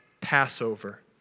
Passover